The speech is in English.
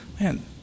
man